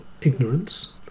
ignorance